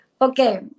okay